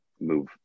move